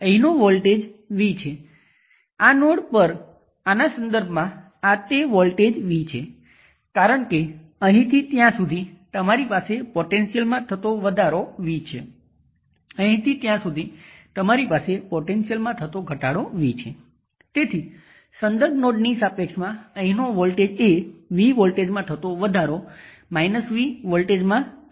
તેથી voltage divider expression નો ઉપયોગ કરીને આ બંને વચ્ચેનું વોલ્ટેજ 4 કિલો Ω એ કુલ રેઝિસ્ટન્સ 5 કિલો Ω × 5 વોલ્ટથી ડિવાઇડ થાય છે એટલે કે 4 વોલ્ટ છે